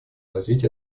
развить